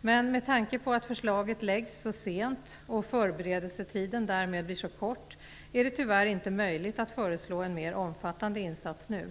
men med tanke på att förslaget läggs fram så sent och att förberedelsetiden därmed blir så kort, är det tyvärr inte möjligt att föreslå en mer omfattande insats nu.